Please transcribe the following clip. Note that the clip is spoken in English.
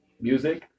Music